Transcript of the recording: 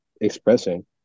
expressing